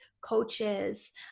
coaches